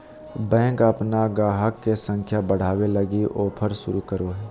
bank अपन गाहक के संख्या बढ़ावे लगी ऑफर शुरू करो हय